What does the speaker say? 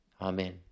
Amen